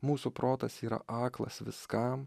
mūsų protas yra aklas viskam